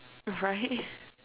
right